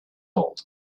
old